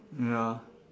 ya